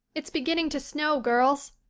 it's beginning to snow, girls,